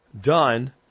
done